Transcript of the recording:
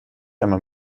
einmal